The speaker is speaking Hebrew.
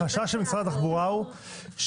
אבל החשש של משרד התחבורה הוא שעכשיו